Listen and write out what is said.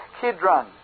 Kidron